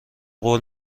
قول